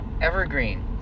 evergreen